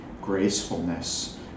gracefulness